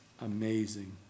amazing